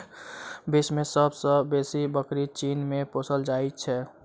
विश्व मे सब सॅ बेसी बकरी चीन मे पोसल जाइत छै